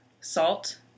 Salt